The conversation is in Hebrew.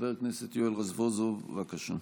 חבר הכנסת יואל רזבוזוב, בבקשה.